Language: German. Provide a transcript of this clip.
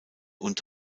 und